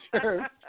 sure